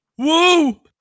Whoa